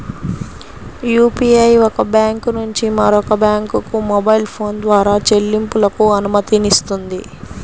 UPI ఒక bank నుంచి మరొక బ్యాంకుకు మొబైల్ ఫోన్ ద్వారా చెల్లింపులకు అనుమతినిస్తుంది